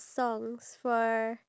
and then